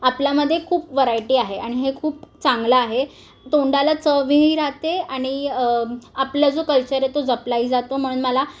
आपल्यामध्ये खूप वरायटी आहे आणि हे खूप चांगलं आहे तोंडाला चवही राहते आणि आपला जो कल्चर आहे तो जपलाही जातो म्हणून मला